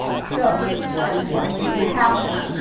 so what is likely to happen?